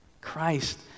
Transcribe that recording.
Christ